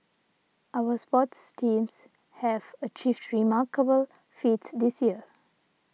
our sports teams have achieved remarkable feats this year